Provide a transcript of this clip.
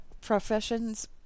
professions